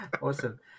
Awesome